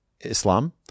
Islam